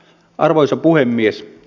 arvoisa puhemies